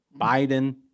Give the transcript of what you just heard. Biden